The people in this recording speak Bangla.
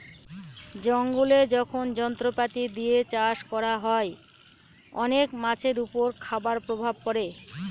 জলে যখন যন্ত্রপাতি দিয়ে চাষ করা হয়, অনেক মাছের উপর খারাপ প্রভাব পড়ে